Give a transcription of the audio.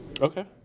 Okay